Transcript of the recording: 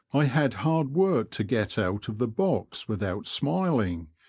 i had hard work to get out of the box without smiling,